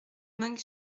meung